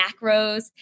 macros